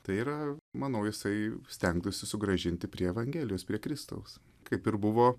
tai yra manau jisai stengtųsi sugrąžinti prie evangelijos prie kristaus kaip ir buvo